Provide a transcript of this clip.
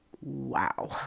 Wow